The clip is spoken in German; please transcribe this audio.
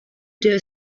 der